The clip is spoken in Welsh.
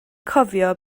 cofio